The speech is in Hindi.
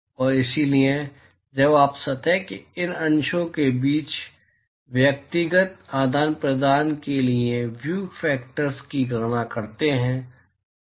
और इसलिए अब आप सतह के इन अंशों के बीच व्यक्तिगत आदान प्रदान के लिए व्यू फैक्टर्स की गणना करना चाहते हैं